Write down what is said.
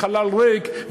חלל ריק,